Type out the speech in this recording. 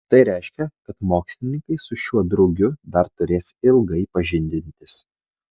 tai reiškia kad mokslininkai su šiuo drugiu dar turės ilgai pažindintis